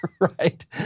right